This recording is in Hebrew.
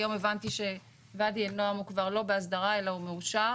היום הבנתי שוואדי אל נועם הוא כבר לא בהסדרה אלא הוא מאושר,